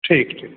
ठीक ठीक